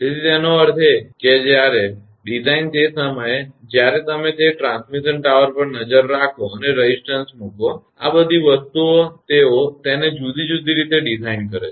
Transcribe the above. તેથી તેનો અર્થ એ કે જ્યારે ડિઝાઇન તે સમયે જ્યારે તમે તે ટ્રાન્સમિશન ટાવર પર નજર નાખો અને રેઝિસ્ટન્સ મૂકો આ બધી વસ્તુઓ તેઓ તેને જુદી જુદી રીતે ડિઝાઇન કરે છે